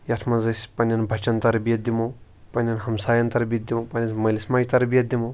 یَتھ مَنٛز أسۍ پَننیٚن بَچَن تَربیت دِمو پنٕنیٚن ہَمسایَن تَربیت دِمو پِننِس مٲلِس ماجہِ تَربیت دِمو